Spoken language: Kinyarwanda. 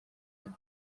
hano